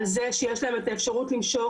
על זה שיש להם את האפשרות למשוך,